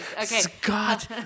Scott